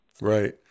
Right